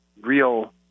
real